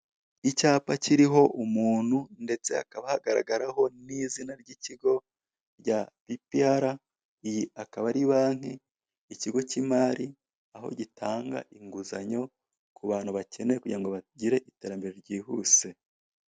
Icyapa kiriho umuntu ndetse hakaba hagaragaraho n'izina ry'ikigo rya BPR. Iyi akaba ari banki, ikigo cy'imari aho gitanga inguzanyo ku bantu bayikeneye kugira ngo bagire iterambere ryihuse.